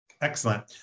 Excellent